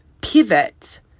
pivot